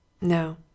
No